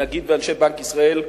הנגיד ואנשי בנק ישראל,